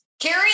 Carrie